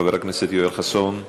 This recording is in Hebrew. חבר הכנסת יואל חסון,